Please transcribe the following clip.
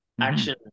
action